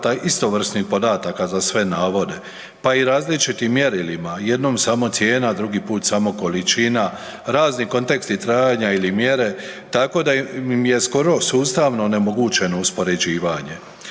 istovrsnih podataka za sve navode, pa i različitim mjerilima. Jednom samo cijena, drugi put samo količina, razni konteksti trajanja ili mjere tako da im je skoro sustavno onemogućeno uspoređivanje.